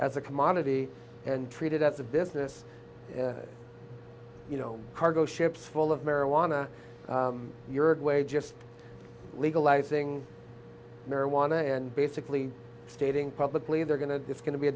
as a commodity and treated as a business you know cargo ships full of marijuana your way just legalizing marijuana and basically stating publicly they're going to it's going to be a